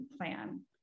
Plan